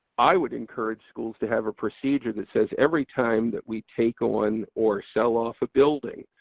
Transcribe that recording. i would encourage schools to have a procedure that says every time that we take on or sell off a building,